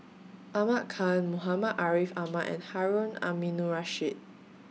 Ahmad Khan Muhammad Ariff Ahmad and Harun Aminurrashid